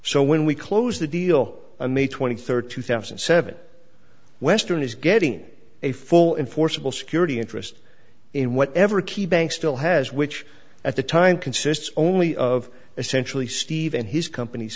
so when we close the deal a may twenty third two thousand and seven western is getting a full enforceable security interest in whatever key bank still has which at the time consists only of essentially steve and his compan